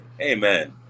Amen